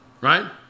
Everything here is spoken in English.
Right